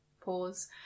pause